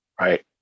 right